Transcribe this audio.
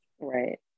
right